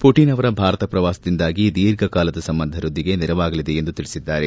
Putin ಅವರ ಭಾರತ ಪ್ರವಾಸದಿಂದಾಗಿ ದೀರ್ಘ ಕಾಲದ ಸಂಬಂಧ ವೃದ್ದಿಗೆ ನೆರವಾಲಿದೆ ಎಂದು ತಿಳಿಸಿದ್ದಾರೆ